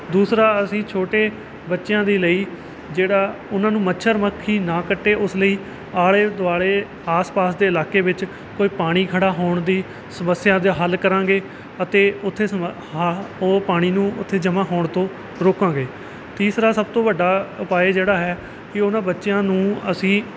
ਦੂਸਰਾ ਅਸੀਂ ਛੋਟੇ ਬੱਚਿਆਂ ਦੇ ਲਈ ਜਿਹੜਾ ਉਹਨਾਂ ਨੂੰ ਮੱਛਰ ਮੱਖੀ ਨਾ ਕੱਟੇ ਉਸ ਲਈ ਆਲੇ ਦੁਆਲੇ ਆਸ ਪਾਸ ਦੇ ਇਲਾਕੇ ਵਿੱਚ ਕੋਈ ਪਾਣੀ ਖੜ੍ਹਾ ਹੋਣ ਦੀ ਸਮੱਸਿਆ ਜਾ ਹੱਲ ਕਰਾਂਗੇ ਅਤੇ ਉੱਥੇ ਸਮੱ ਹਾ ਉਹ ਪਾਣੀ ਨੂੰ ਉਥੇ ਜਮਾ ਹੋਣ ਤੋਂ ਰੋਕਾਂਗੇ ਤੀਸਰਾ ਸਭ ਤੋਂ ਵੱਡਾ ਉਪਾਅ ਜਿਹੜਾ ਹੈ ਕਿ ਉਹਨਾਂ ਬੱਚਿਆਂ ਨੂੰ ਅਸੀਂ